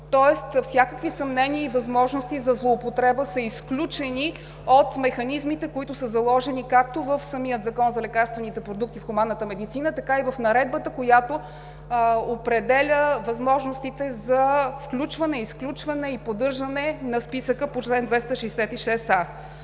Тоест всякакви съмнения и възможности за злоупотреба са изключени от механизмите, които са заложени както в самия Закон за лекарствените продукти в хуманната медицина, така и в Наредбата, която определя възможностите за включване, изключване и поддържане на списъка по чл. 266а.